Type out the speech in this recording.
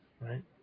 Right